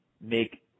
make